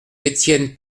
étienne